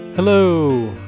Hello